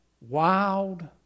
Wild